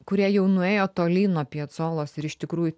kuria jau nuėjo tolyn nuo piecolos ir iš tikrųjų